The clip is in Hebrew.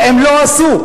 לא נישקו,